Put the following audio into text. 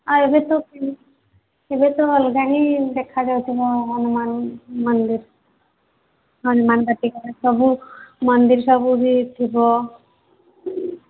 ଆଉ ଏବେସବୁ ଏବେ ତ ଅଲଗା ହିଁ ଦେଖାଯାଉଥିବ ହନୁମାନ ମନ୍ଦିର୍ ହନୁମାନ ବାଟିକା ସବୁ ମନ୍ଦିର୍ ସବୁ ବି ଥିବ